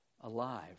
alive